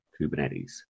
Kubernetes